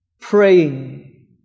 praying